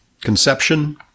conception